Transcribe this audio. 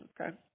Okay